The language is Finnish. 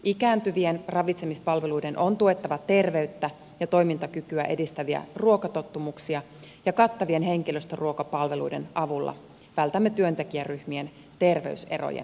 ikääntyvien ravitsemispalveluiden on tuettava terveyttä ja toimintakykyä edistäviä ruokatottumuksia ja kattavien henkilöstöruokapalveluiden avulla vältämme työntekijäryhmien terveyserojen kasvun